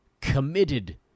committed